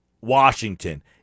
Washington